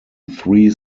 three